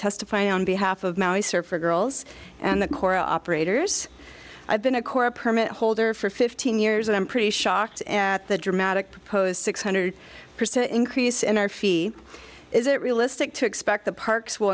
testify on behalf of mauser for girls and the corps operators i've been a core a permit holder for fifteen years and i'm pretty shocked at the dramatic proposed six hundred percent increase in our fee is it realistic to expect the parks will